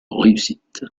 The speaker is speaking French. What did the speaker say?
réussite